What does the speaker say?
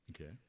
Okay